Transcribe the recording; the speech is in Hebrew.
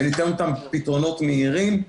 פתרונות מהירים.